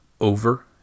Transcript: over